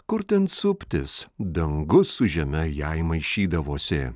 kur ten suptis dangus su žeme jai maišydavosi